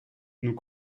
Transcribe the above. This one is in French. nous